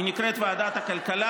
היא נקראת ועדת הכלכלה.